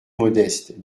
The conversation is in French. modeste